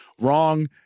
Wrong